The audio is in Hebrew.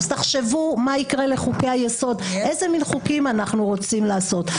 תחשבו מה יקרה לחוקי היסוד ואיזה מין חוקים אנחנו רוצים לעשות.